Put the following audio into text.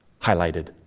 highlighted